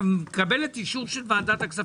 אתה מקבל את אישור ועדת הכספים.